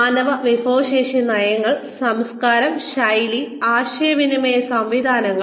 മാനവ വിഭവശേഷി നയങ്ങൾ സംസ്കാരം ശൈലി ആശയവിനിമയ സംവിധാനങ്ങൾ